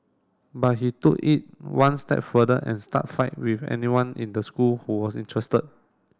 but he took it one step further and start fight with anyone in the school who was interested